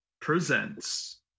presents